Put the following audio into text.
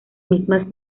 mismas